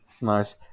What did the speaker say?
Nice